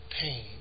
pain